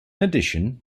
addition